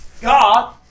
God